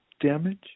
damage